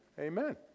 Amen